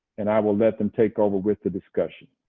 and i will let them take over with the discussion.